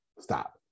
Stop